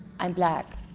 i'm black